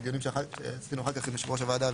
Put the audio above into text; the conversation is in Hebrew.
בדיונים עם יושב-ראש הוועדה,